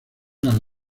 las